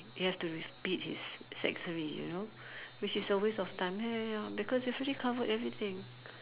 he have to repeat his sec three you know which is a waste of time ya ya ya because he has already covered everything